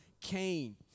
Cain